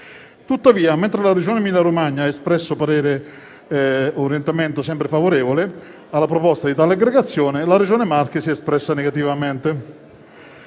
Tuttavia, mentre la Regione Emilia-Romagna ha espresso sempre parere favorevole alla proposta di tale aggregazione, la Regione Marche si è espressa negativamente.